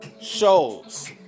Shows